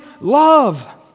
love